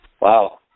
Wow